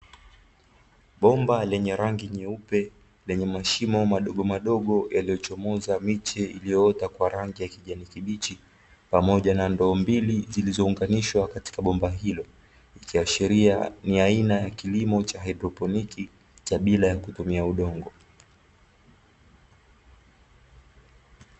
Bomba lenye rangi nyeupe, lenye mashimo madogomadogo yaliyochomoza miche iliyoota kwa rangi ya kijani kibichi pamoja na ndoo mbili zilizounganishwa katika bomba hilo, ikiashiria ni aina ya kilimo cha haidroponi cha bila ya kutumia udongo.